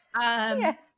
Yes